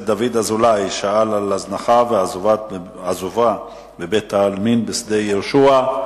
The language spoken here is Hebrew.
דוד אזולאי שאל על הזנחה ועזובה בבית-העלמין בשדה-יהושע.